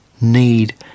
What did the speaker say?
need